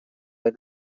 away